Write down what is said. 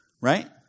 right